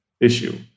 issue